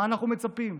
מה אנחנו מצפים?